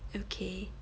okay